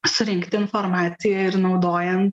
surinkti informaciją ir naudojant